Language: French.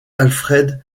alfred